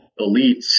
elites